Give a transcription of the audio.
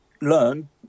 learn